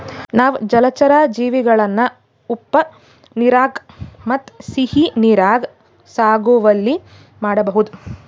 ನಾವ್ ಜಲಚರಾ ಜೀವಿಗಳನ್ನ ಉಪ್ಪ್ ನೀರಾಗ್ ಮತ್ತ್ ಸಿಹಿ ನೀರಾಗ್ ಸಾಗುವಳಿ ಮಾಡಬಹುದ್